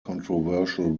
controversial